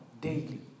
daily